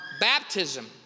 baptism